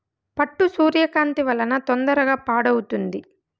పట్టు సూర్యకాంతి వలన తొందరగా పాడవుతుంది